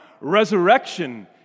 resurrection